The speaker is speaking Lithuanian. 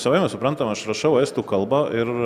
savaime suprantama aš rašau estų kalba ir